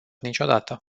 niciodată